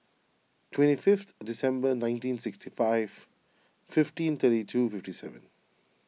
twenty fifth December nineteen sixty five fifteen thirty two fifty seven